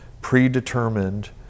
predetermined